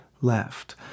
left